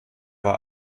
war